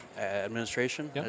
administration